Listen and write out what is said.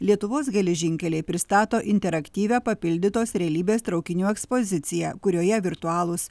lietuvos geležinkeliai pristato interaktyvią papildytos realybės traukinių ekspoziciją kurioje virtualūs